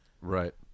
Right